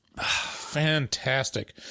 fantastic